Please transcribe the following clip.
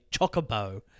chocobo